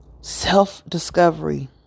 Self-discovery